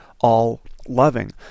all-loving